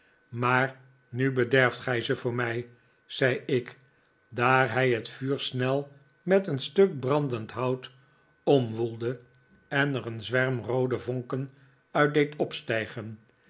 maar nu bederft gij ze voor mij zei ik daar hij het vuur snel met een stuk brandend hout omwoelde en er een zwerm roode vonken uit deed opstijgen